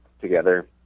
together